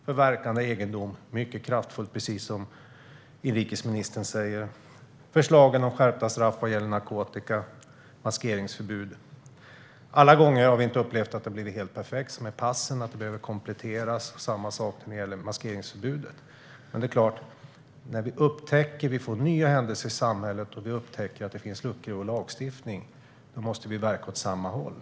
Förverkande av egendom är något mycket kraftfullt, precis som inrikesministern säger. Vi har även förslagen om skärpta straff vad gäller narkotika och maskeringsförbud. Det har inte blivit helt perfekt alla gånger. Det som gäller passen måste kompletteras; detsamma gäller maskeringsförbudet. Det är klart att när vi får nya händelser i samhället och vi upptäcker luckor i vår lagstiftning så måste vi verka åt samma håll.